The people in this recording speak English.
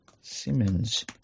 Simmons